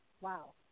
Wow